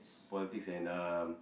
politics and um